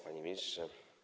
Panie Ministrze!